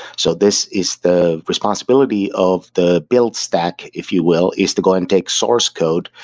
so this is the responsibility of the build stack, if you will, is to go and take source code,